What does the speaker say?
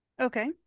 Okay